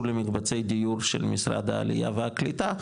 למקבצי דיור של משרד העלייה והקליטה,